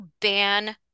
ban